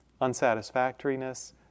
unsatisfactoriness